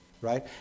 right